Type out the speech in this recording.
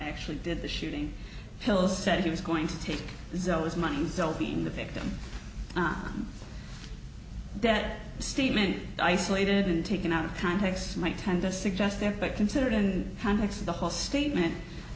actually did the shooting pills said he was going to take those monies still being the victim that statement isolated and taken out of context might tend to suggest they're considered in context the whole statement